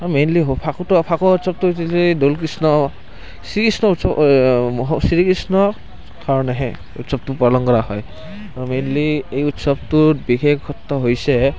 mainly Phakuwa উৎসৱটো হৈছে যে দৌল কৃষ্ণ শ্ৰী কৃষ্ণ উৎসৱ শ্ৰী কৃষ্ণৰ কাৰণেহে উৎসৱটো পালন কৰা হয় মেইনলি এই উৎসৱটোত বিশেষত্ব হৈছে